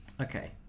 okay